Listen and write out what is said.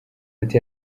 ati